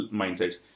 mindsets